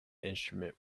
instrument